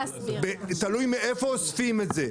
תלוי מאיפה אוספים את זה,